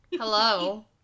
Hello